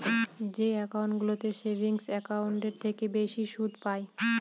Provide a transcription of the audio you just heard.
যে একাউন্টগুলোতে সেভিংস একাউন্টের থেকে বেশি সুদ পাই